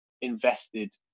invested